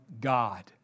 God